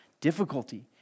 difficulty